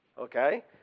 Okay